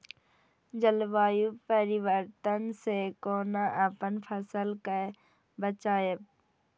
जलवायु परिवर्तन से कोना अपन फसल कै बचायब?